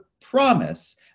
promise